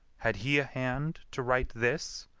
had he a hand to write this?